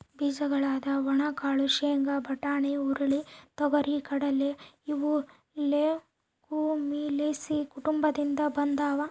ಬೀಜಗಳಾದ ಒಣಕಾಳು ಶೇಂಗಾ, ಬಟಾಣಿ, ಹುರುಳಿ, ತೊಗರಿ,, ಕಡಲೆ ಇವು ಲೆಗುಮಿಲೇಸಿ ಕುಟುಂಬದಿಂದ ಬಂದಾವ